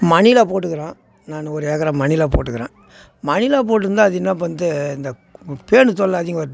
மணிலா போட்டுருக்குறேன் நான் ஒரு ஏக்கரா மணிலா போட்டுருக்குறேன் மணிலா போட்டுருந்தால் அது என்ன பண்ணுது இந்த பேன் தொல்லை அதிகம் வருது